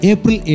April